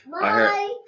Bye